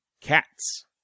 Cats